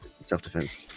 Self-defense